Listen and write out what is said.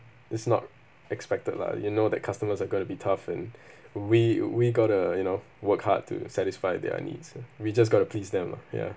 is not expected lah you know that customers are going to be tough and we we got to you know work hard to satisfy their needs ah we just got to pleased them lah ya